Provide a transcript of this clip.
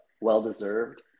well-deserved